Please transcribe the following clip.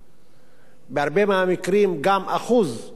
בהרבה מהמקרים גם לאחוז גדול מהן